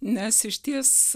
nes išties